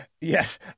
Yes